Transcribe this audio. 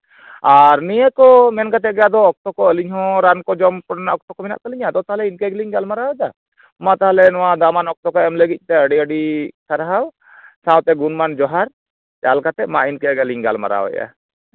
ᱟᱨ ᱱᱤᱭᱟᱹ ᱠᱚ ᱢᱮᱱ ᱠᱟᱛᱮ ᱜᱮ ᱟᱫᱚ ᱚᱠᱛᱚ ᱠᱚ ᱟᱹᱞᱤᱧ ᱦᱚᱸ ᱨᱟᱱ ᱠᱚ ᱡᱚᱢ ᱠᱚᱨᱮᱱᱟᱜ ᱚᱠᱛᱚ ᱠᱚ ᱢᱮᱱᱟᱜ ᱛᱟᱹᱞᱤᱧᱟ ᱟᱫᱚ ᱛᱟᱦᱞᱮ ᱤᱱᱠᱟᱹ ᱜᱮᱞᱤᱧ ᱜᱟᱞᱢᱟᱨᱟᱣᱮᱫᱟ ᱢᱟ ᱛᱟᱦᱞᱮ ᱱᱚᱣᱟ ᱫᱟᱢᱟᱱ ᱚᱠᱛᱚ ᱠᱚ ᱮᱢ ᱞᱟᱹᱜᱤᱫ ᱛᱮ ᱟᱹᱰᱤ ᱟᱹᱰᱤ ᱥᱟᱨᱦᱟᱣ ᱥᱟᱶᱛᱮ ᱜᱩᱱᱢᱟᱱ ᱡᱚᱦᱟᱨ ᱪᱟᱞ ᱠᱟᱛᱮᱫ ᱢᱟ ᱤᱱᱠᱟᱹ ᱜᱮᱞᱤᱧ ᱜᱟᱞᱢᱟᱨᱟᱣᱮᱫᱟ